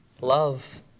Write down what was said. Love